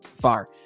far